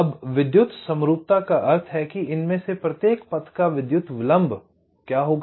अब विद्युत समरूपता का अर्थ है कि इनमें से प्रत्येक पथ का विद्युत विलंब क्या होगा